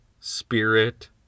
spirit